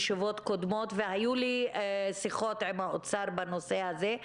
והיו לי שיחות עם האוצר בנושא הזה.